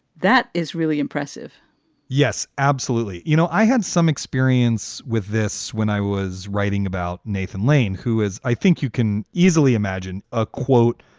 that is really impressive yes, absolutely. you know, i had some experience with this when i was writing about nathan lane, who is i think you can easily imagine a, quote,